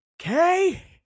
Okay